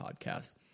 podcast